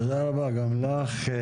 תודה רבה גם לך.